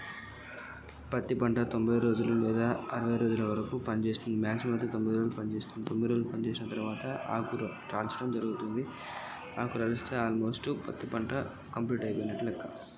పంట ఉత్పత్తి క్షీణించడం ఎలా గుర్తించాలి?